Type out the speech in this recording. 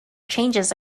changes